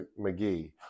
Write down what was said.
McGee